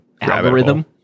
algorithm